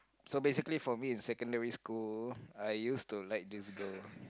so basically for me in secondary school I used to like this girl